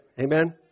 Amen